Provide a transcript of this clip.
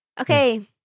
okay